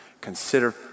consider